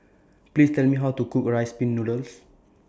Please Tell Me How to Cook Rice Pin Noodles